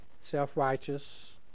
self-righteous